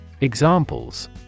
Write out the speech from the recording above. Examples